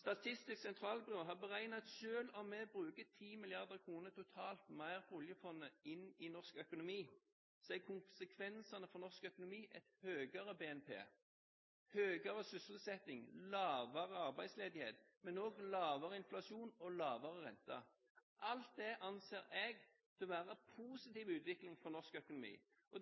Statistisk sentralbyrå har beregnet at selv om vi bruker 10 mrd. kr totalt mer fra oljefondet inn i norsk økonomi, er konsekvensene for norsk økonomi et høyere BNP, høyere sysselsetting og lavere arbeidsledighet, men også lavere inflasjon og lavere rente. Alt det anser jeg for å være en positiv utvikling for norsk økonomi.